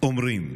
אומרים